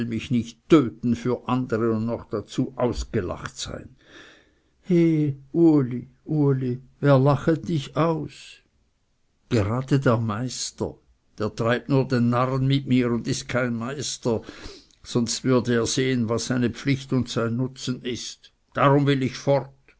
mich nicht töten für andere und noch dazu ausgelachet sein he uli uli wer lachet dich aus gerade der meister der treibt nur den narren mit mir und ist kein meister sonst würde er sehen was seine pflicht und sein nutzen ist darum will ich fort